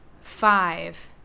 five